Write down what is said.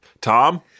Tom